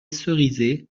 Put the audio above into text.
cerisay